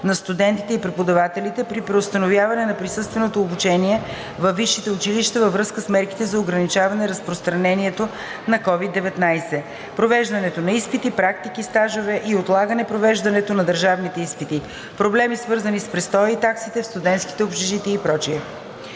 за студентите и преподавателите при преустановяване на присъственото обучение във висшите училища във връзка с мерките за ограничаване разпространението на COVID 19 – провеждането на изпити, практики и стажове и отлагане провеждането на държавни изпити; проблеми, свързани с престоя и таксите в студентските общежития и други.